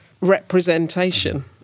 representation